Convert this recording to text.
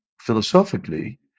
philosophically